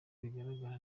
bigaragara